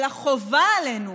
אלא חובה עלינו